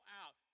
out